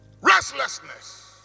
Restlessness